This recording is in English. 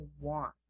want